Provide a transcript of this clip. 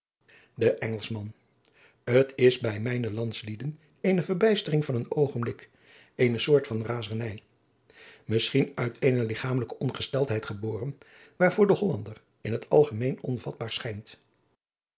de engelschman t is bij mijne landslieden eene verbijstering van een oogenblik eene soort van razernij misschien uit eene ligchamelijke ongesteldheid geboren waarvoor de hollander in het algemeen onvatbaar schijnt